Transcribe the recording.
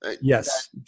Yes